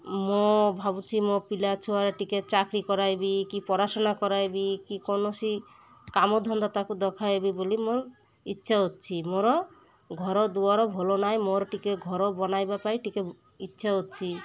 ମୁଁ ଭାବୁଛିି ମୋ ପିଲା ଛୁଆର ଟିକେ ଚାକିରୀ କରାଇବି କି କରାଇବି କି କୌଣସି କାମ ଧନ୍ଦା ତାକୁ ଦେଖାଇବି ବୋଲି ମୋର ଇଚ୍ଛା ଅଛି ମୋର ଘର ଦୁଆର ଭଲ ନାହିଁ ମୋର ଟିକେ ଘର ବନାଇବା ପାଇଁ ଟିକେ ଇଚ୍ଛା ଅଛି